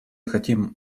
хотим